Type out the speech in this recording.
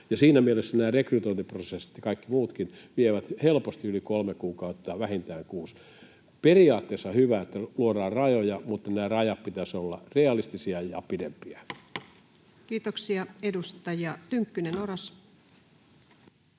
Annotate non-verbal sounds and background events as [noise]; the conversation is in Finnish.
siinä mielessä nämä rekrytointiprosessit ja kaikki muutkin vievät helposti yli kolme kuukautta, vähintään kuusi. Periaatteessa on hyvä, että luodaan rajoja, mutta näiden rajojen pitäisi olla realistisia ja pidempiä. [noise] [Speech